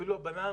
אפילו הבננה,